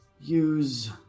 use